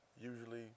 usually